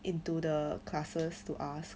into the classes to ask